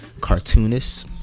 cartoonists